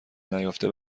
نیافته